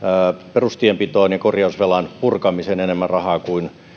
perustienpitoon ja korjausvelan purkamiseen enemmän rahaa kuin